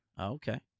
Okay